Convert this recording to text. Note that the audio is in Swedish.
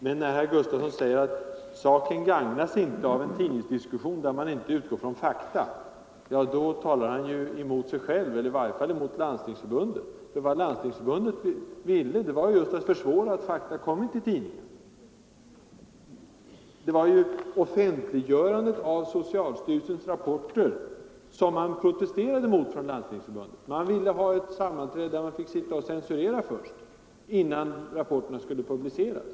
Men när herr Gustavsson säger att saken inte gagnas av en tidnings Nr 120 diskussion där man inte utgår från fakta, så talar han jusmot sig själv Onsdagen den eller i varje fall mot Landstingsförbundet, för vad Landstingsförbundet 13 november 1974 ville var just att försvåra att fakta kom ut i tidningarna. Det var ju offentliggörandet av socialstyrelsens rapporter som man protesterade mot — Omsorger om vissa från Landstingsförbundet. Man ville ha ett sammanträde där man fick = psykiskt utvecksitta och censurera, innan rapporterna skulle publiceras.